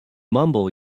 mumble